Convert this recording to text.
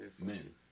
men